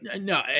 No